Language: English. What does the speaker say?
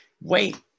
Wait